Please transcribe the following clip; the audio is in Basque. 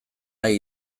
nahi